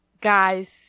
guys